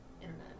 internet